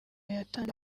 yatanze